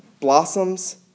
blossoms